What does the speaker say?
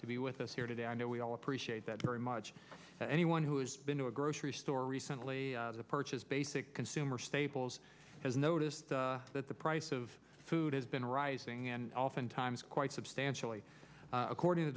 to be with us here today i know we all appreciate that very much anyone who has been to a grocery store recently purchased basic consumer staples has noticed that the price of food has been rising and oftentimes quite substantially according to